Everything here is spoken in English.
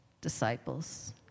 disciples